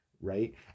right